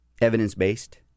evidence-based